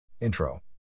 Intro